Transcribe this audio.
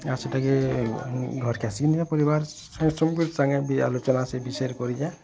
ଆଉ ସେଟା କେ ଘର୍ କେ ଆସିକିନି ବି ପଢ଼ିବାର୍ ଆଲୋଚନା ସେ ବିଷୟରେ କରିଛେଁ